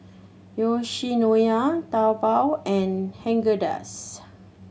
Yoshinoya Taobao and Haagen Dazs